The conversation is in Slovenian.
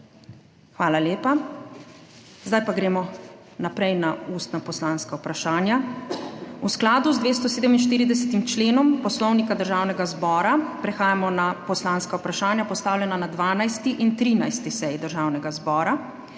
Hvala lepa. Zdaj pa gremo naprej na ustna poslanska vprašanja. V skladu z 247. členom Poslovnika Državnega zbora prehajamo na poslanska vprašanja postavljena na 12. in 13. seji Državnega zbora.